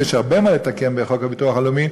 ויש הרבה מה לתקן בחוק הביטוח הלאומי,